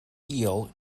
eel